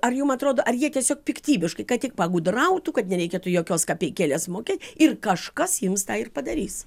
ar jum atrodo ar jie tiesiog piktybiškai kad tik pagudrautų kad nereikėtų jokios kapeikėlės mokėt ir kažkas jums tą ir padarys